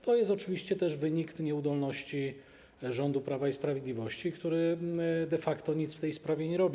To jest oczywiście też wynik nieudolności rządu Prawa i Sprawiedliwości, który de facto nic w tej sprawie nie robi.